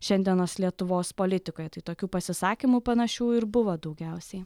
šiandienos lietuvos politikoje tai tokių pasisakymų panašių ir buvo daugiausiai